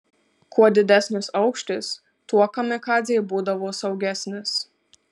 kuo didesnis aukštis tuo kamikadzė būdavo saugesnis